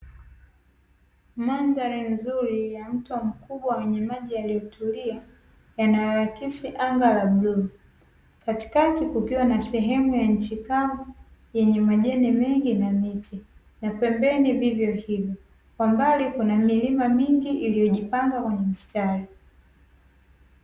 Mandhari nzuri ya mto mkubwa, wenye maji yaliyotulia yanayoakisi anga la bluu. Katikati, kukiwa na sehemu ya nchi kavu yenye majani mengi na miti, na pembeni vivyo hivyo. Kwa mbali, kuna milima mingi iliyo jipanga kwenye mstari.